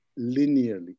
linearly